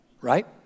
Right